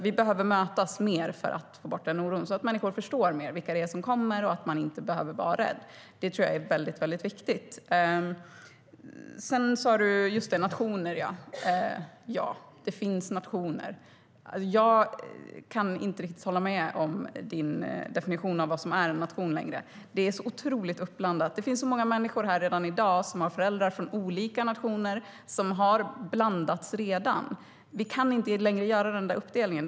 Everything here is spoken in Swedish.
Vi behöver mötas mer för att få bort oron, så att människor förstår vilka det är som kommer och att de inte behöver vara rädda. Det tror jag är väldigt viktigt. Paula Bieler talar om att det finns nationer. Jag kan inte riktigt hålla med om din definition av vad som är en nation längre. Det är så otroligt uppblandat. Det finns redan många människor här som har föräldrar från olika nationer som har blandats. Vi kan inte längre göra den uppdelningen.